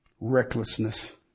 recklessness